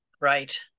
Right